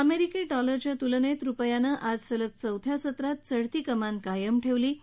अमरिकी डॉलरच्या तुलनत्त्रिरूपयानं आज सलग चौथ्या सत्रात चढती कमान कायम ठव्वसी